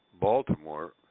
Baltimore